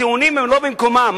הטיעונים הם לא במקומם,